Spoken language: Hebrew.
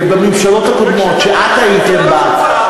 ובממשלות הקודמות שאת היית בהן,